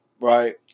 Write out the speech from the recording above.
Right